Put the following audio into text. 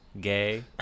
gay